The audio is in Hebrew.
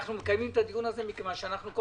אנחנו מקיימים אותו מכיוון שכולנו,